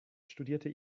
studierte